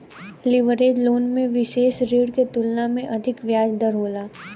leverage loan में विसेष ऋण के तुलना में अधिक ब्याज दर होला